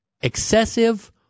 Excessive